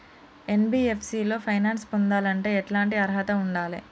NBFC లో finance పొందాలంటే ఎట్లాంటి అర్హత ఉండాలే?